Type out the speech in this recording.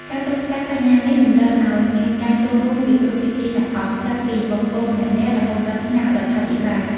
ការទប់ស្កាត់បញ្ហានេះតម្រូវឲ្យមានការចូលរួមពីគ្រប់ភាគីទាំងអស់ ចាប់ពីបុគ្គលម្នាក់ៗរហូតដល់ថ្នាក់រដ្ឋាភិបាល។